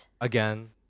again